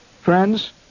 friends